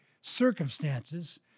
circumstances